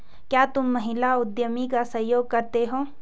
क्या तुम महिला उद्यमी का सहयोग करते हो?